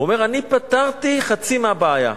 הוא אומר: אני פתרתי חצי מהבעיה.